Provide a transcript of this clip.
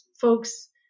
folks